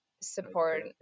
support